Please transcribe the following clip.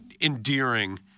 endearing